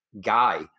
guy